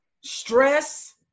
stress